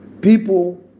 People